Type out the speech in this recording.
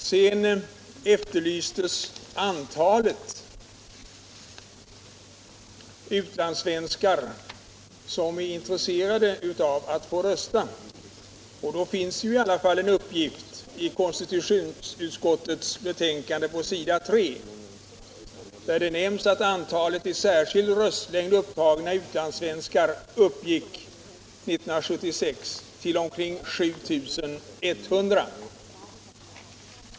Här har vidare efterlysts uppgift om antalet utlandssvenskar som är intresserade av att få rösta. Det finns en uppgift om det i konstitutionsutskottets betänkande på s. 3, där det nämns att antalet i särskild röstlängd upptagna utlandssvenskar år 1976 uppgick till omkring 7 100.